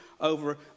over